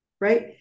right